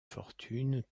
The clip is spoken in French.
fortunes